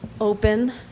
open